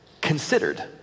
considered